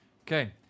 Okay